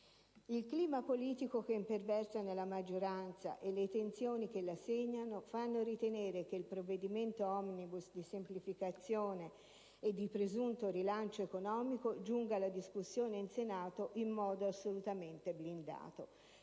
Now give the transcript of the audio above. Il clima politico che imperversa nella maggioranza e le tensioni che la segnano fanno ritenere che il provvedimento *omnibus* di semplificazione e di presunto rilancio economico giunga alla discussione in Senato in modo assolutamente blindato.